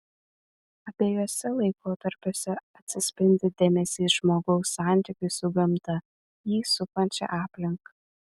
abiejuose laikotarpiuose atsispindi dėmesys žmogaus santykiui su gamta jį supančia aplinka